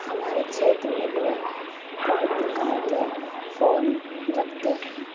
हमारे क्षेत्र में लोग बहुत प्रकार के फ़ोन रखते हैं